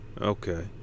okay